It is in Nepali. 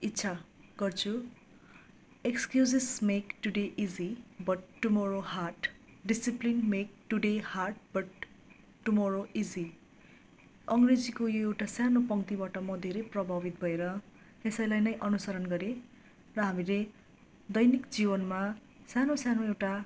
इच्छा गर्छु excuses make today easy but tomorrow hard discipline make today hard but tomorrow easy अङ्ग्रेजीको यो एउटा सानो पङ्क्त्तिबाट म धेरै प्रभावित भएर त्यसैलाई नै अनुसरण गरेँ र हामीले दैनिक जीवनमा सानो सानो एउटा